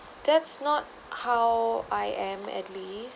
that's not how I am at least